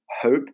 hope